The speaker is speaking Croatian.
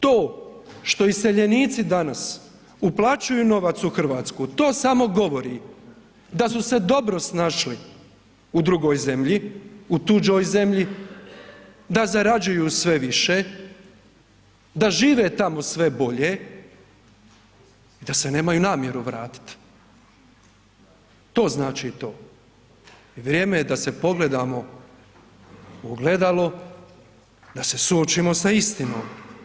To što iseljenici danas uplaćuju novac u RH to samo govori da su se dobro snašli u drugoj zemlji, u tuđoj zemlji, da zarađuju sve više, da žive tamo sve bolje i da se nemaju namjeru vratit, to znači to i vrijeme je da se pogledamo u ogledalo, da se suočimo sa istinom.